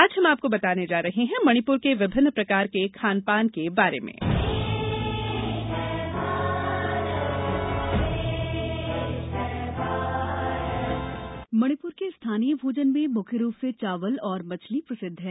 आज हम आपको बताने जा रहे हैं मणिपुर के विभिन्न प्रकार के खान पान के बारे में मणिप्र के स्थानीय भोजन में मुख्य रूप से चावल तथा मछली प्रसिद्ध है